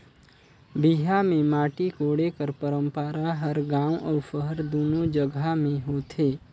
बिहा मे माटी कोड़े कर पंरपरा हर गाँव अउ सहर दूनो जगहा मे होथे